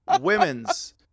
women's